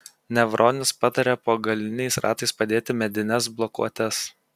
nevronis patarė po galiniais ratais padėti medines blokuotes